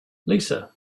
lisa